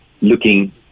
looking